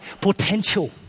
potential